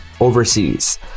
overseas